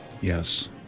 Yes